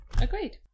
agreed